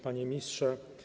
Panie Ministrze!